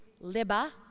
liba